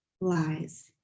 lies